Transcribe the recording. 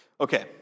Okay